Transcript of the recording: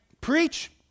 preach